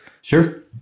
Sure